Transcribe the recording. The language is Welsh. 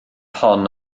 hon